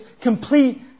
complete